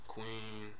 Queen